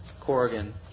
Corrigan